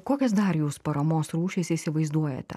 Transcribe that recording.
kokias dar jūs paramos rūšis įsivaizduojate